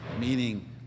meaning